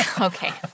Okay